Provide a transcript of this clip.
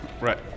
Right